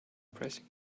pressing